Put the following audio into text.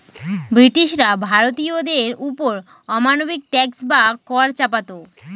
ব্রিটিশরা ভারতীয়দের ওপর অমানবিক ট্যাক্স বা কর চাপাতো